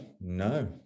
no